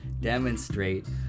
demonstrate